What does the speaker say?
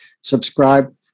subscribe